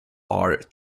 are